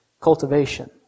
cultivation